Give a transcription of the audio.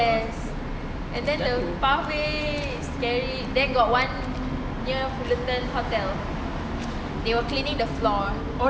yes and then the pathway is scary then got one near to the fullerton hotel they were cleaning the floor